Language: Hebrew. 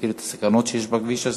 מכיר את הסכנות שיש בכביש הזה.